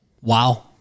Wow